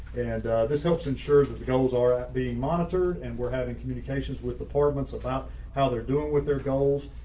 and this helps ensure that the goals are ah being monitored and we're having communications with departments about how they're doing with their goals.